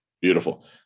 Beautiful